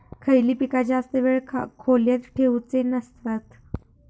खयली पीका जास्त वेळ खोल्येत ठेवूचे नसतत?